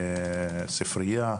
ספרייה,